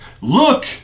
look